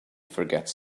forgets